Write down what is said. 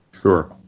Sure